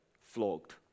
flogged